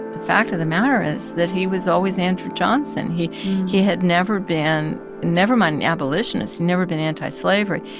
the fact of the matter is that he was always andrew johnson. he he had never been never mind an abolitionist he'd never been antislavery.